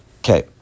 Okay